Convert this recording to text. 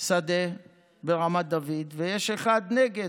שדה ברמת דוד ויש אחד נגד.